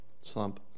slump